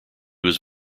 was